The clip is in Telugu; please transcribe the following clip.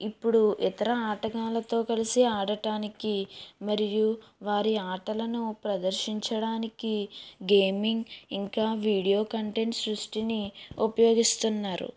ఇప్పుడు ఇతర ఆటగాళ్ళతో కలిసి ఆడటానికి మరియు వారి ఆటలను ప్రదర్శించడానికి గేమింగ్ ఇంకా వీడియో కంటెంట్ సృష్టిని ఉపయోగిస్తున్నారు